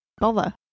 bother